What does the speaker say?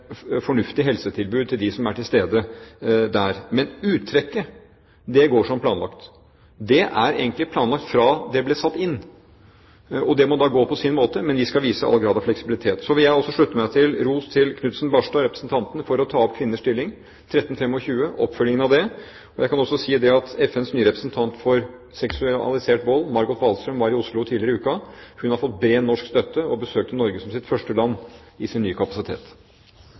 fornuftig helsetilbud til dem som er til stede der. Men uttrekket går som planlagt. Det er egentlig planlagt fra det ble satt inn, og det må gå på sin måte. Men vi skal vise all grad av fleksibilitet. Så vil jeg også slutte meg til og gi ros til representanten Knutson Barstad for å ta opp kvinners stilling, resolusjon 1325 og oppfølgingen av den. Jeg kan også si at FNs nye representant for seksualisert vold, Margot Wahlström, var i Oslo tidligere i uken. Hun har fått bred norsk støtte, og besøkte Norge som første land i sin nye kapasitet.